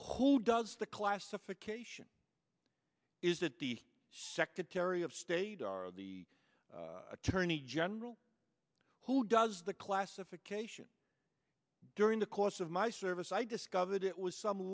answer does the classification is that the secretary of state are the attorney general who does the classification during the course of my service i discovered it was some